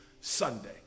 Sunday